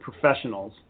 professionals